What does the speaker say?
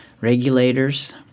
regulators